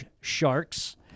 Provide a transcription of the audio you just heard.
Sharks